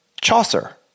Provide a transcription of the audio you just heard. Chaucer